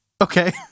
Okay